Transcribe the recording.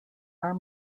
are